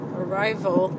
arrival